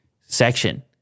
section